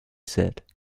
said